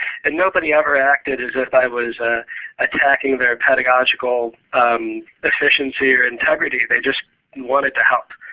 and nobody ever acted as if i was ah attacking their pedagogical efficiency or integrity. they just and wanted to help.